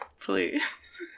please